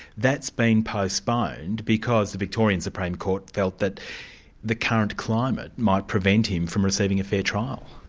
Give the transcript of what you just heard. that's been postponed because the victorian supreme court felt that the current climate might prevent him from receiving a fair trial.